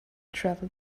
travel